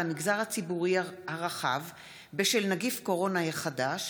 המגזר הציבורי הרחב בשל נגיף קורונה החדש),